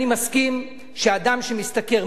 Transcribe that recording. אני מסכים שאדם שמשתכר,